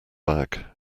bag